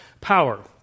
power